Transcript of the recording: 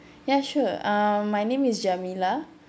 ya sure uh my name is jamilah